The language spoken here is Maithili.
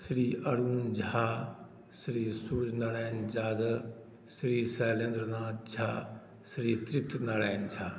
श्री अरुण झा श्री सूर्य नारायण यादव श्री शैलेन्द्र नाथ झा श्री तृप्त नारायण झा